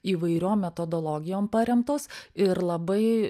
įvairiom metodologijom paremtos ir labai